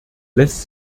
lässt